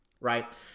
right